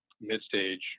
mid-stage